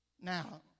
Now